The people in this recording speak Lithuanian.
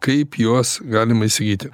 kaip juos galima įsigyti